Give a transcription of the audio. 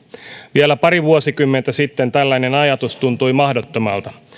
vielä pari vuosikymmentä sitten tällainen ajatus tuntui mahdottomalta